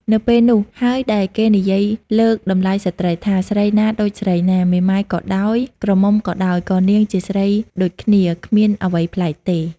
នៅពេលនោះហើយដែលគេនិយាយលើកតម្លៃស្ត្រីថា ស្រីណាដូចស្រីណា មេម៉ាយក៏ដោយ ក្រមុំក៏ដោយ ក៏នាងជាស្រីដូចគ្នា គ្មានអ្វីប្លែកទេ។